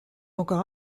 encore